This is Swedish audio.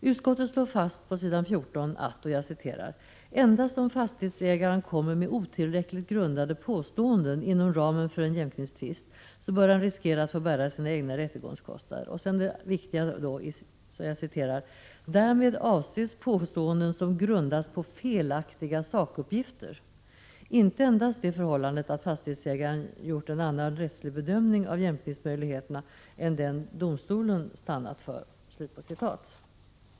Utskottet slår på s. 14 fast att: ”Endast om fastighetsägaren kommer med otillräckligt grundade påståenden inom ramen för en jämkningstvist, bör han riskera att få bära sina egna rättegångskostnader. Därmed avses påståenden som grundas på felaktiga sakuppgifter, inte endast det förhållandet att fastighetsägaren gjort en annan rättslig bedömning av jämkningsmöjligheterna än den domstolen stannat för.” — Det sista är det viktiga.